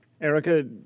Erica